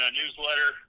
newsletter